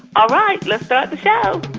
all right. let's start the show